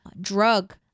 drug